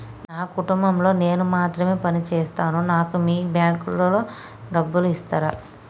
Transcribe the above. నా కుటుంబం లో నేను మాత్రమే పని చేస్తాను నాకు మీ బ్యాంకు లో డబ్బులు ఇస్తరా?